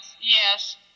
Yes